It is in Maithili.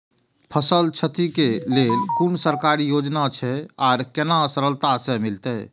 फसल छति के लेल कुन सरकारी योजना छै आर केना सरलता से मिलते?